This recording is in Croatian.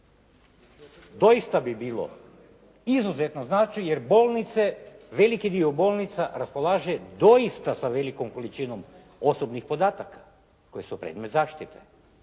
doista bi bilo izuzetno značajno jer bolnice, veliki dio bolnica raspolaže doista sa velikom količinom osobnih podataka. I ako je stanje